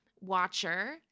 watcher